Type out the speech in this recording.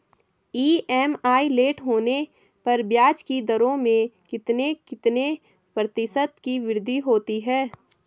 EMI late होने पर ब्याज की दरों में कितने कितने प्रतिशत की वृद्धि होती है?